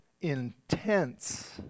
intense